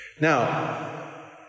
Now